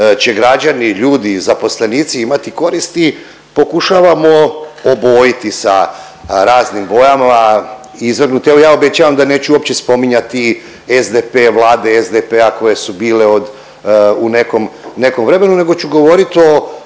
će građani, ljudi i zaposlenici imati koriti pokušavamo obojiti sa raznim bojama i izvrgnuti. Evo ja obećavam da neću uopće spominjati SDP, Vlade SDP-a koje su bile od u nekom, nekom vremenu nego ću govorit o,